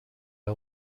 der